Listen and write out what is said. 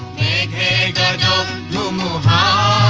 da da da da